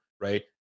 right